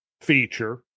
feature